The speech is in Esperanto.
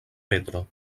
petro